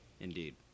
Indeed